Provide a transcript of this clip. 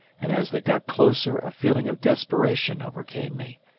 and as they got closer a feeling of desperation overcame me,